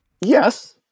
Yes